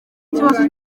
ikibazo